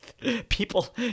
people